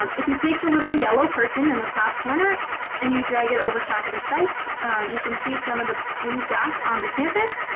um if you take the little yellow person in the top corner and you drag it over top of the site you can see some of the blue dots on the campus.